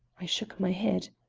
i shook my head.